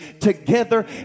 together